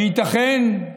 וייתכן,